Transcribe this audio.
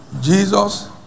Jesus